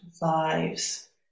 lives